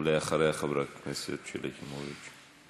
ואחריה, חברת הכנסת שלי יחימוביץ.